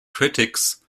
critics